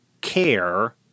care